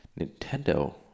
Nintendo